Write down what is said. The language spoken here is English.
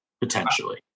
potentially